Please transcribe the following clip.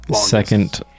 second